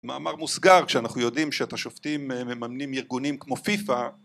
מאמר מוסגר כשאנחנו יודעים שאת השופטים מממנים ארגונים כמו פיפא